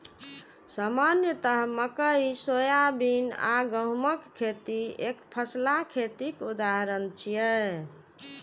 सामान्यतः मकइ, सोयाबीन आ गहूमक खेती एकफसला खेतीक उदाहरण छियै